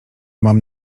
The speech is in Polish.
mam